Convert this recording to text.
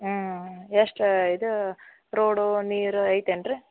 ಹ್ಞೂ ಎಷ್ಟು ಇದು ರೋಡು ನೀರು ಐತೇನ್ರೀ